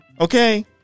okay